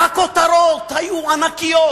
הכותרות היו ענקיות.